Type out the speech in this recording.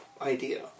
idea